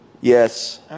Yes